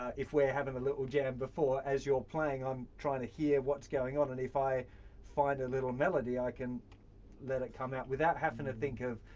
if we're having a little jam before, as you're playing i'm trying to hear what's going on. and if i find a little melody i can let it come out without having to think of,